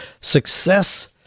success